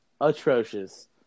atrocious